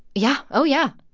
yeah. oh, yeah.